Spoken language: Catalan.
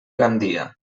gandia